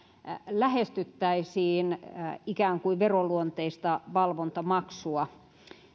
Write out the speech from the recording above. lähestyttäisiin ikään kuin veroluonteista valvontamaksua